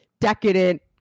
decadent